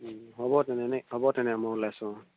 হ'ব তেনে নে হ'ব তেনে মই ওলাইছোঁ অঁ